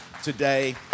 Today